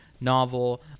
novel